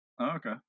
Okay